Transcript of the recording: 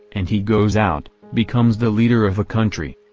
and he goes out, becomes the leader of a country.